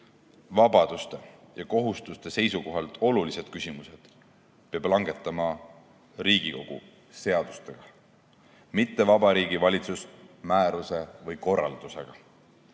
vabaduste ja kohustuste seisukohalt olulised küsimused peab langetama Riigikogu seadustega, mitte Vabariigi Valitsus määruse või korraldusega.